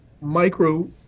micro